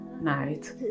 night